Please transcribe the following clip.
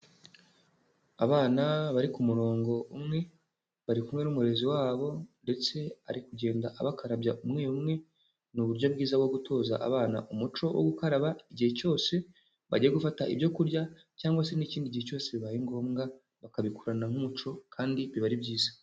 Abana bari ku murongo umwe, bari kumwe n'umurezi wabo ndetse ari kugenda abakarabya umwe umwe, ni uburyo bwiza bwo gutoza abana umuco wo gukaraba igihe cyose, bagiye gufata ibyo kurya, cyangwa se n'ikindi gihe cyose bibaye ngombwa, bakabikurana nk'umuco, kandi biba ari byiza.